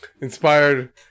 Inspired